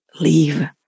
leave